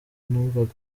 numvaga